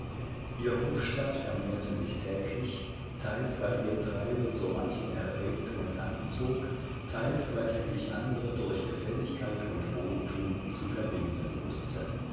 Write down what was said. ihr hofstaat vermehrte sich täglich teils weil ihr treiben so manchen erregte und anzog teils weil sie sich andre durch gefälligkeit und wohltun zu verbinden wußte